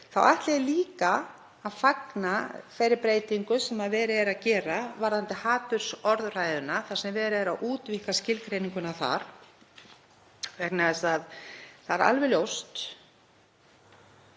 þá ætla ég líka að fagna þeirri breytingu sem verið er að gera varðandi hatursorðræðuna þar sem verið er að útvíkka skilgreininguna þar, vegna þess